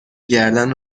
گردن